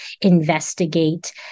investigate